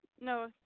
no